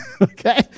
Okay